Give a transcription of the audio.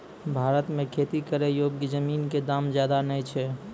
भारत मॅ खेती करै योग्य जमीन कॅ दाम ज्यादा नय छै